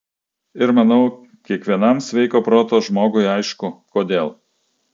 ir manau kiekvienam sveiko proto žmogui aišku kodėl